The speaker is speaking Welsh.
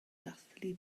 dathlu